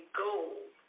gold